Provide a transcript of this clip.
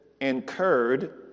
incurred